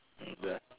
the